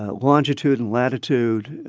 ah longitude and latitude.